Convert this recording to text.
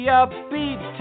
upbeat